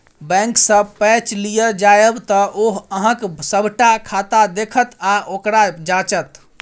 बैंकसँ पैच लिअ जाएब तँ ओ अहॅँक सभटा खाता देखत आ ओकरा जांचत